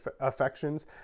affections